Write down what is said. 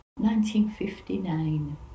1959